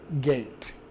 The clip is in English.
gate